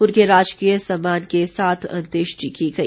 उनकी राजकीय सम्मान के साथ अन्तेष्टि की गई